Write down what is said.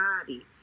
body